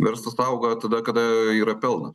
verslas auga tada kada yra pelno